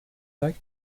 like